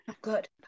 good